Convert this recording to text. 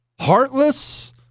heartless